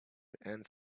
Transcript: and